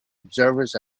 observers